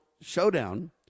showdown